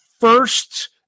first